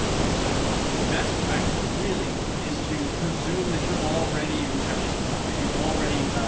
and so the best practice really is to presume that you're already infectious and you're already